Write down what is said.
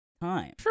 time